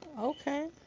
Okay